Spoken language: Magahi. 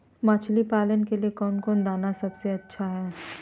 मछली पालन के लिए कौन दाना सबसे अच्छा है?